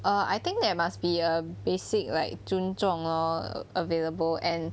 err I think there must be a basic like 尊重 lor available and